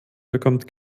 bekommt